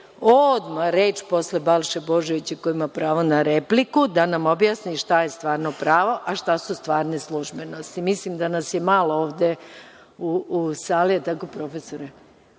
odmah reč posle Balše Božovića koji ima pravo na repliku da nam objasni šta je stvarno pravo, a šta su stvarne službenosti. Mislim da nas je malo ovde u sali koji